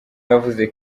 yavuze